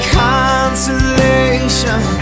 consolation